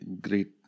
great